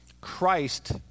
Christ